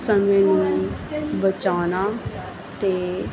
ਸਾਨੂੰ ਬਚਾਉਣਾ ਅਤੇ